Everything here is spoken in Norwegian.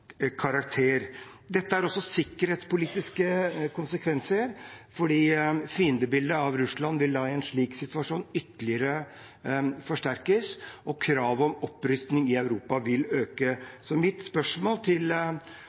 Dette har også sikkerhetspolitiske konsekvenser fordi fiendebildet av Russland i en slik situasjon vil forsterkes ytterligere, og krav om opprustning i Europa vil øke. Så mitt spørsmål til